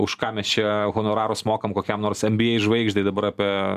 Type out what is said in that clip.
už ką mes čia honorarus mokam kokiam nors nba žvaigždei dabar apie